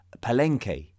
Palenque